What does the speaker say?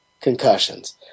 concussions